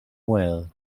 well